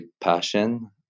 passion